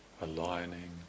aligning